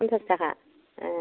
फन्सास थाखा ए